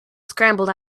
scrambled